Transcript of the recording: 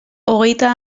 hogeita